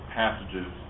passages